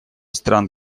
стран